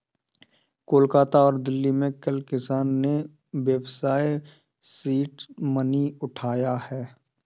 कोलकाता और दिल्ली में कल किसान ने व्यवसाय सीड मनी उठाया है